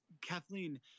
Kathleen